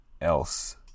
else